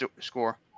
score